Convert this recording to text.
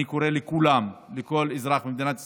אני קורא לכולם, לכל אזרח במדינת ישראל,